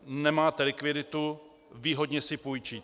Nemáte likviditu výhodně si půjčíte.